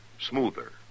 Smoother